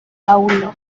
paulo